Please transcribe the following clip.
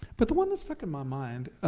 but the one that stuck in my mind,